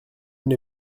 n’ai